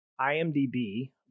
IMDB